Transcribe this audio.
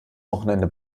wochenende